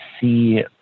see